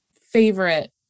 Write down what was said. favorite